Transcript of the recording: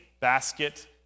basket